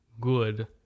good